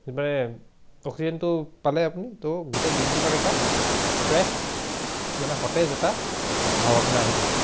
মানে অক্সিজেনটো পালে আপুনি তো গোটেই দিনটোৰ কাৰণে এটা ফ্ৰেছ মানে সতেজ এটা ভাৱ আপোনাৰ আহি থাকিব